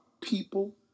people